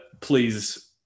please